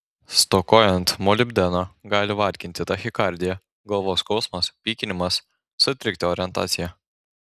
stokojant molibdeno gali varginti tachikardija galvos skausmas pykinimas sutrikti orientacija